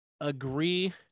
agree